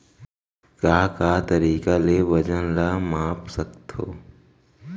का का तरीक़ा ले वजन ला माप सकथो?